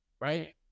right